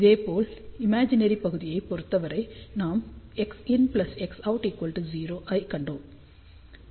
இதேபோல் இமேஜினெரி பகுதியைப் பொறுத்தவரை நாம் XinXout0 ஐக் கண்டோம்